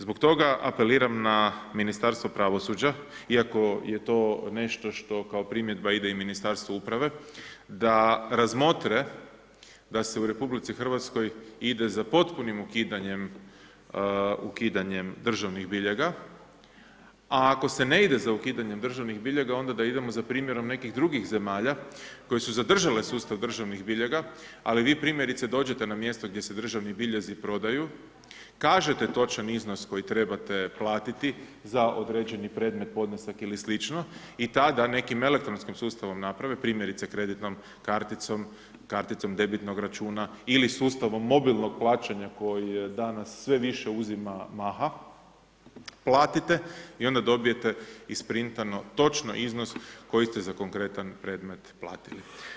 Zbog toga apeliram na Ministarstvo pravosuđa, iako je to nešto što kao primjedba ide Ministarstvu uprave, da razmotre da se u RH ide za potpunim ukidanjem državnih biljega, a ako se ne ide za ukidanjem državnim biljega, onda da idemo za primjerom nekih drugih zemlja koje su zadržale sustav državnih biljega, ali vi primjerice dođete na mjesto gdje se državni biljezi prodaju, kažete točan iznos koji trebate platiti za određeni predmet, podnesak ili slično i tada nekim elektronskim sustavom naprave, primjerice kreditnom karticom, karticom debitnog računa ili sustavom mobilnog plaćanja koji je danas sve više uzima maha, platite i onda dobijete isprintano točno iznos koji ste za konkretan predmet platili.